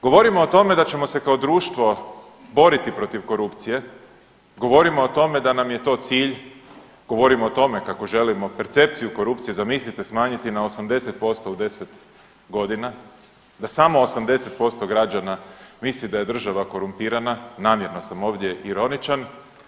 Govorimo o tome da ćemo se kao društvo boriti protiv korupcije, govorimo o tome da nam je to cilj, govorimo o tome kako želimo percepciju korupcije, zamislite, smanjiti na 80% u 10.g., da samo 80% građana misli da je država korumpirana, namjerno sam ovdje ironičan.